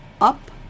up